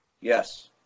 yes